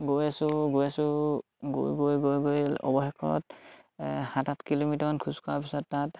গৈ আছোঁ গৈ আছোঁ গৈ গৈ গৈ গৈ অৱশেষত সাত আঠ কিলোমিটাৰমান খোজকঢ়াৰ পিছত তাত